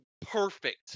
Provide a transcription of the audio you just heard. perfect